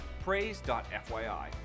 Praise.fyi